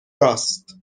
راست